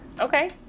Okay